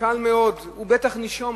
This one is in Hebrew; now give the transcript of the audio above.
קל מאוד: הוא נישום,